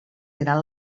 diran